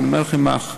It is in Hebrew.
ואני אומר לכם מהמציאות,